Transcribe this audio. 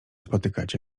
spotykać